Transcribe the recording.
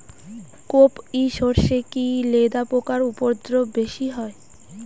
কোপ ই সরষে কি লেদা পোকার উপদ্রব বেশি হয়?